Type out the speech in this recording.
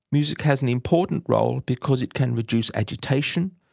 music has an important role because it can reduce agitation,